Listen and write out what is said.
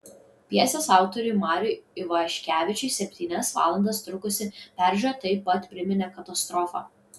pjesės autoriui mariui ivaškevičiui septynias valandas trukusi peržiūra taip pat priminė katastrofą